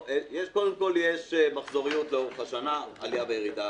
קודם כול יש בו מחזוריות לאורך השנה, עלייה וירידה